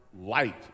light